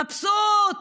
מבסוט,